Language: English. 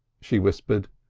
she whispered,